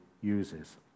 uses